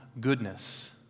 goodness